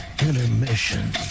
Intermission